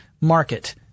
market